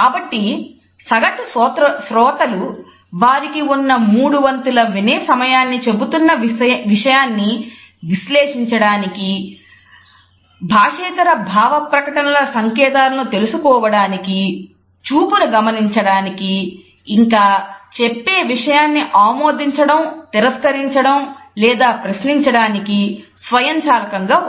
కాబట్టి సగటు శ్రోతలు వారికి ఉన్న మూడు వంతుల వినేసమయాన్ని చెబుతున్న విషయాన్ని విశ్లేషించడానికి భాషేతర భావ ప్రకటనల